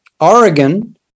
Oregon